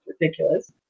Ridiculous